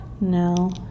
No